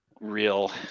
real